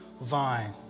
vine